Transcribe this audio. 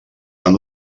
fan